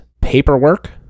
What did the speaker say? paperwork